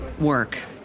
work